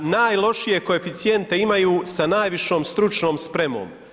Najlošije koeficijente imaju sa najvišom stručnom spremom.